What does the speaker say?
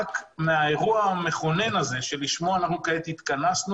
רק מהאירוע המכונן הזה בבת ים שלשמו אנחנו כעת התכנסנו,